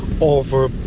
over